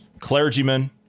clergymen